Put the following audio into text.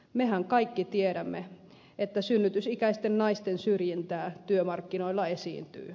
mehän kaikki tiedämme että synnytysikäisten naisten syrjintää työmarkkinoilla esiintyy